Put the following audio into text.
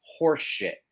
horseshit